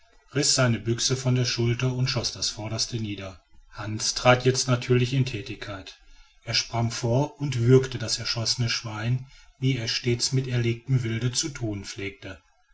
seine büchse von der schulter und schoß das vorderste nieder hans trat jetzt natürlich in thätigkeit er sprang vor und würgte das erschossene schwein wie er stets mit erlegtem wilde zu thun pflegte